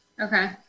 Okay